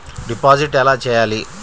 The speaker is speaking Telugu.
డిపాజిట్ ఎలా చెయ్యాలి?